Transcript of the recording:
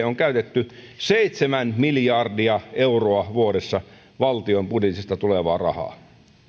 on on käytetty työttömyyteen pahimmillaan seitsemän miljardia euroa vuodessa valtion budjetista tulevaa rahaa